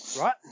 Right